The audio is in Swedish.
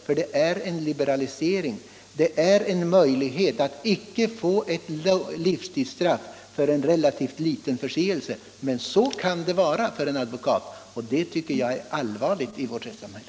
Det innebär en liberalisering, en möjlighet att icke få livstids straff för en relativt liten förseelse. Men så kan det vara för en advokat och det tycker jag är allvarligt i vårt rättssamhälle.